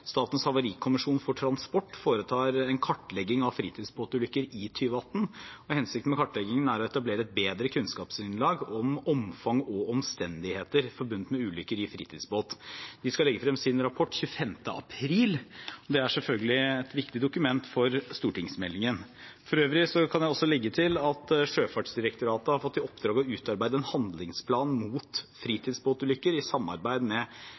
Statens havarikommisjon for transport foretar en kartlegging av fritidsbåtulykker i 2018, og hensikten med kartleggingen er å etablere et bedre kunnskapsgrunnlag om omfang og omstendigheter forbundet med ulykker i fritidsbåt. De skal legge frem sin rapport 25. april. Det er selvfølgelig et viktig dokument for stortingsmeldingen. For øvrig kan jeg også legge til at Sjøfartsdirektoratet har fått i oppdrag å utarbeide en handlingsplan mot fritidsbåtulykker, i samarbeid med